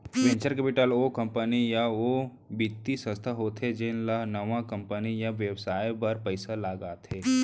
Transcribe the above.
venture capital ओ company या ओ बित्तीय संस्था होथे जेन ह नवा कंपनी या बेवसाय बर पइसा लगाथे